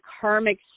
karmic